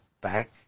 back